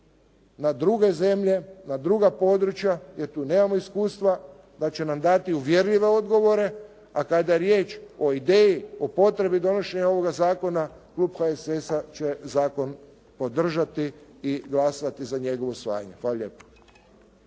na druge zemlje, na druga područja, jer tu nemamo iskustva da će nam dati uvjerljive odgovore, a kada je riječ o ideji, o potrebi donošenja ovoga zakona, klub HSS-a će zakon podržati i glasati za njegovo usvajanje. Hvala lijepo.